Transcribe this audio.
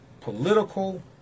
political